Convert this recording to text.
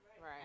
Right